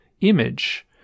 image